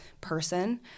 person